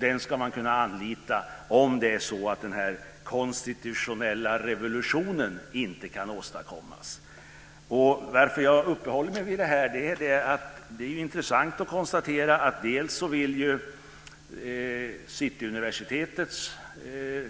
Den ska man kunna anlita om det är så att den konstitutionella revolutionen inte kan åstadkommas. Anledningen till att jag uppehåller mig vid det här är att det är intressant att konstatera att Cityuniversitetets